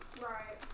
Right